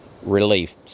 relief